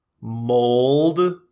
mold